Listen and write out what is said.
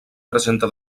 presenta